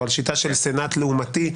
או על שיטה של סנאט לעומתי.